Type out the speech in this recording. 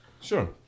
Sure